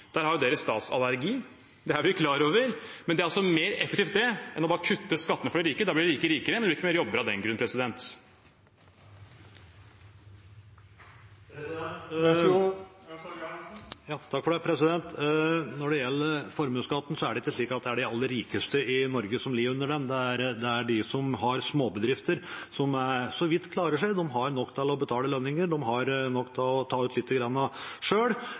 Der har Fremskrittspartiet statsallergi, det er vi klar over, men det er altså mer effektivt enn bare å kutte skattene for de rike. Da blir de rike rikere, men det blir ikke flere jobber av den grunn. Når det gjelder formuesskatten, er det ikke slik at det er de aller rikeste i Norge som lider under den. Det er de som har småbedrifter, som så vidt klarer seg. De har nok til å betale lønninger, de har nok til å ta ut